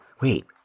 wait